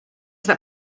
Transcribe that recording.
that